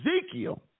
Ezekiel